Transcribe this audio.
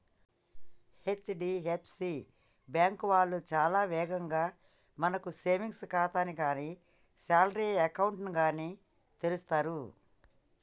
HDFC bank వాళ్ళు చాలా వేగంగా మనకు సేవింగ్స్ ఖాతాని గానీ శాలరీ అకౌంట్ ని గానీ తెరుస్తరు